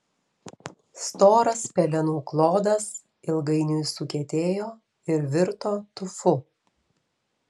storas pelenų klodas ilgainiui sukietėjo ir virto tufu